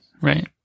right